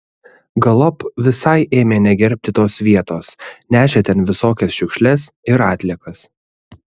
galop visai ėmė negerbti tos vietos nešė ten visokias šiukšles ir atliekas